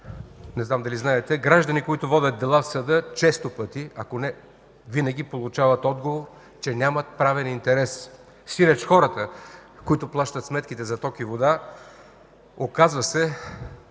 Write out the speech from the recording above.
не знам дали знаете, граждани, които водят дела в съда, често пъти, ако не винаги, получават отговор, че нямат правен интерес. Сиреч хората, които плащат сметките за ток и вода, оказва се